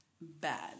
bad